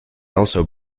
also